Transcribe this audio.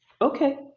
Okay